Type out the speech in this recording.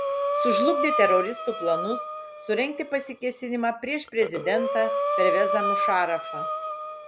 sužlugdė teroristų planus surengti pasikėsinimą prieš prezidentą pervezą mušarafą